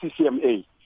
CCMA